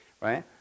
right